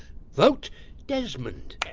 vote desmond!